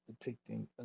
depicting